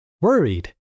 worried